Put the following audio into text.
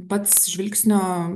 pats žvilgsnio